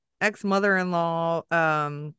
ex-mother-in-law